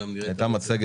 שנית,